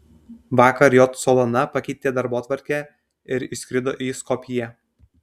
vakar j solana pakeitė darbotvarkę ir išskrido į skopję